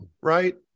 Right